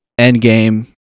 Endgame